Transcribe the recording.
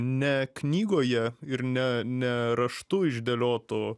ne knygoje ir ne ne raštu išdėlioto